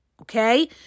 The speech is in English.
okay